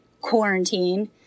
quarantine